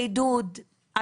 בעידוד,